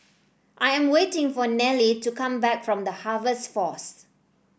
I am waiting for Nealy to come back from The Harvest Force